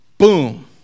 Boom